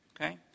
Okay